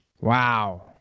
Wow